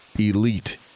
elite